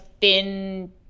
thin